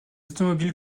automobiles